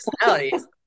personalities